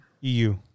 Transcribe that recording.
EU